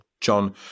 John